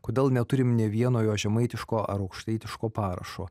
kodėl neturim nė vieno jo žemaitiško ar aukštaitiško parašo